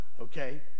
Okay